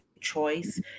choice